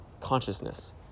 consciousness